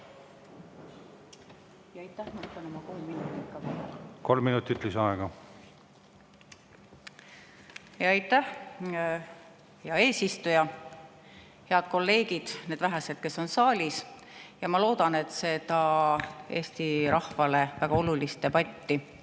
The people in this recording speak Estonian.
… Aitäh, hea eesistuja! Head kolleegid, need vähesed, kes on saalis! Ma loodan, et seda Eesti rahvale väga olulist debatti